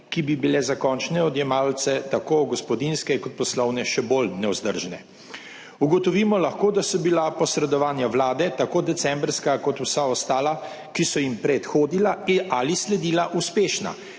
ki bi bile za končne odjemalce, tako gospodinjske kot poslovne, še bolj nevzdržne. Ugotovimo lahko, da so bila posredovanja Vlade, tako decembrska kot vsa ostala, ki so jim predhodila ali sledila, uspešna.